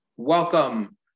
Welcome